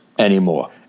Anymore